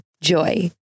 Joy